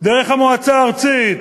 דרך המועצה הארצית,